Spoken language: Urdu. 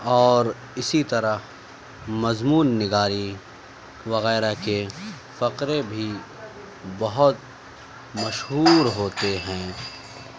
اور اسی طرح مضمون نگاری وغیرہ کے فقرے بھی بہت مشہور ہوتے ہیں